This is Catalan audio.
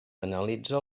analitza